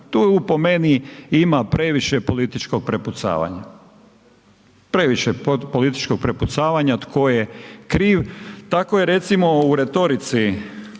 Tu po meni ima previše političko prepucavanja, previše političkog prepucavanja tko je kriv, tako je recimo u retorici